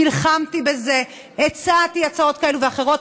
נלחמתי בזה, הצעתי הצעות כאלה ואחרות.